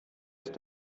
ist